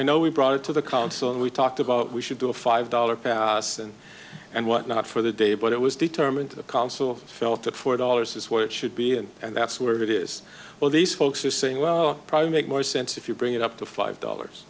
i know we brought it to the council and we talked about what we should do a five dollar pass and and what not for the day but it was determined the council felt that four dollars is where it should be and and that's where it is well these folks are saying well probably make more sense if you bring it up to five dollars